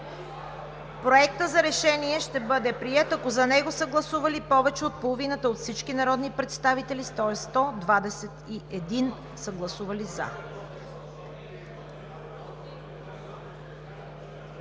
Проектът за решение ще бъде приет, ако за него са гласували повече от половината от всички народни представители – тоест, ако 121 души са гласували „за“.